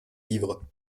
livres